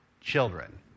children